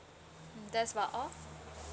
mm that's about all